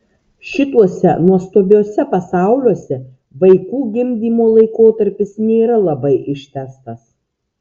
šituose nuostabiuose pasauliuose vaikų gimdymo laikotarpis nėra labai ištęstas